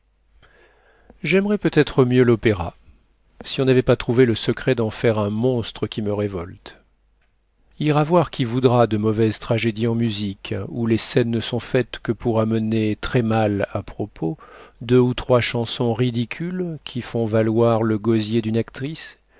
j'aimerais peut être mieux l'opéra si on n'avait pas trouvé le secret d'en faire un monstre qui me révolte ira voir qui voudra de mauvaises tragédies en musique où les scènes ne sont faites que pour amener très mal à propos deux ou trois chansons ridicules qui font valoir le gosier d'une actrice